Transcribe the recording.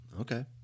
Okay